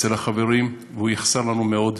אצל החברים, והוא יחסר לנו מאוד,